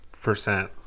percent